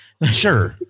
Sure